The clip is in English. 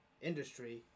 industry